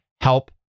help